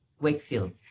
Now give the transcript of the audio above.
Wakefield